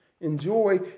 Enjoy